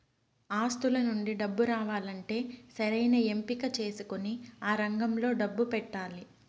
ఆస్తుల నుండి డబ్బు రావాలంటే సరైన ఎంపిక చేసుకొని ఆ రంగంలో డబ్బు పెట్టాలి